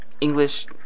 English